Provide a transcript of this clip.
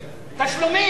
תשלומים.